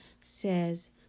says